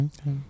okay